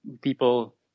people